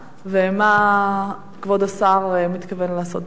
2. מה כבוד השר מתכוון לעשות בנדון?